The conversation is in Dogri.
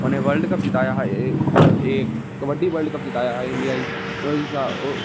उनें बल्डकप जिताया हा एह् कबड्डी बल्डकप जिताया हा इंडिया गी ओह्